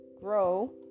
grow